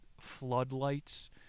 floodlights